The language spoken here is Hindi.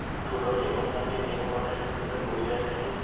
अक्टूबर के महीना में गेहूँ मटर की फसल बोई जाती है